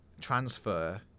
transfer